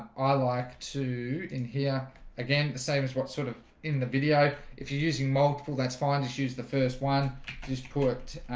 i like to in here again the same as what sort of in the video if you're using multiple, that's fine issues the first one just worked